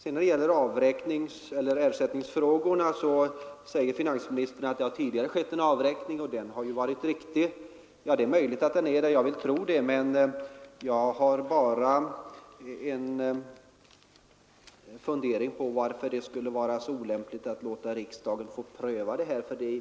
I vad gäller ersättningsfrågorna säger finansministern att det tidigare skett en avräkning och att den har varit riktig. Det är möjligt att den varit riktig; jag vill tro det, men har i alla fall en fundering i sammanhanget. Varför skulle det vara så olämpligt att låta riksdagen pröva saken?